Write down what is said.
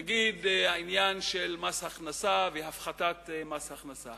נגיד העניין של מס הכנסה והפחתת מס הכנסה.